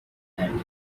and